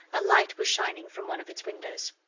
a light was shining from one of its windows.